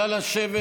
נא לשבת,